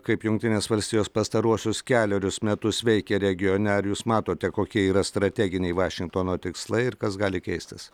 kaip jungtinės valstijos pastaruosius kelerius metus veikė regione ar jūs matote kokie yra strateginiai vašingtono tikslai ir kas gali keistis